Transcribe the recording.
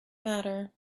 matter